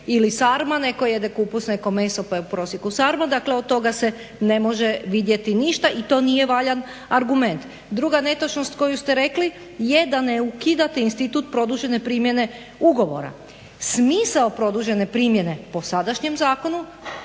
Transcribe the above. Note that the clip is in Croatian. ili sarma, netko jede kupus netko meso pa je u prosjeku sarma. Dakle, od toga se ne može vidjeti ništa i to nije valjan argument. Druga netočnost koju ste rekli je da ne ukidate institut produžene primjene ugovora. Smisao produžene primjene po sadašnjem zakonu